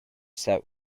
set